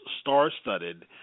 star-studded